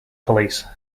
police